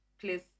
place